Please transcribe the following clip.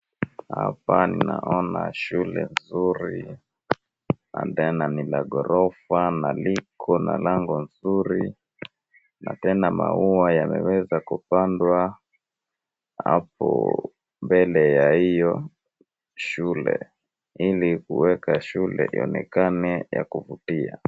Hapa naona shule nzuri na tena ni la ghorofa na liko na lango nzuri na tena maua yameweza kupandwa hapo mbele ya hiyo shule , hii ni kuweka shule ionekane ya kuvutia.